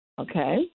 okay